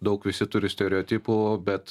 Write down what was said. daug visi turi stereotipų bet